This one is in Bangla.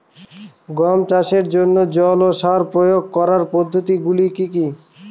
গম চাষের জন্যে জল ও সার প্রয়োগ করার পদ্ধতি গুলো কি কী?